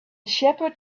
shepherd